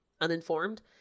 Uninformed